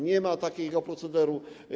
Nie ma takiego procederu.